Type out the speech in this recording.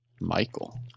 Michael